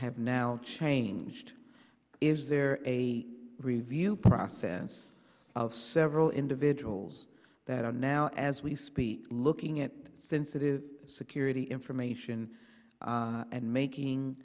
have now changed is there a review process of several individuals that are now as we speak looking at the sensitive security information and making